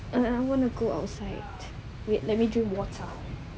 err I want to go outside wait let me drink water